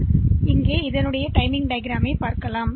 எனவே நேர வரைபடம் இதுபோன்ற ஒன்றைக் காணும்